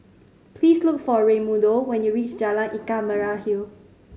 please look for Raymundo when you reach Jalan Ikan Merah Hill